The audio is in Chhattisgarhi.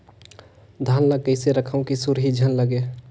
धान ल कइसे रखव कि सुरही झन लगे?